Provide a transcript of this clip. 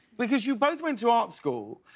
because you both went to art school.